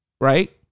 right